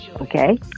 Okay